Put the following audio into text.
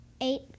Eight